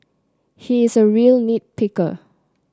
he is a real nit picker